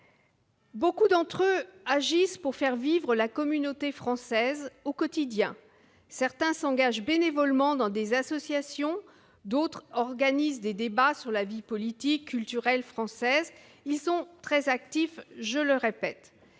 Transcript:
Nombre d'entre eux agissent pour faire vivre la communauté française au quotidien. Certains s'engagent bénévolement dans des associations, d'autres organisent des débats sur la vie politique ou culturelle française. Je le répète,